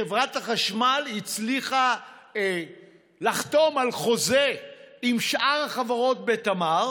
חברת החשמל הצליחה לחתום על חוזה עם שאר החברות בתמר